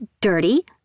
dirty